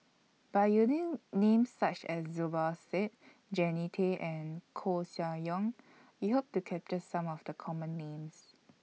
By using Names such as Zubir Said Jannie Tay and Koeh Sia Yong We Hope to capture Some of The Common Names